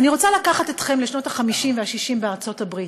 אני רוצה לקחת אתכם לשנות ה-50 וה-60 בארצות-הברית: